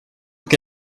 que